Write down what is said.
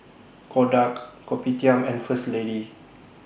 Kodak Kopitiam and First Lady